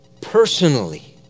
Personally